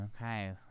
Okay